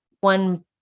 one